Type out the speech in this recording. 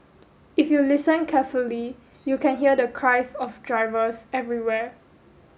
if you listen carefully you can hear the cries of drivers everywhere